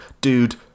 Dude